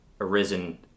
arisen